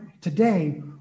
today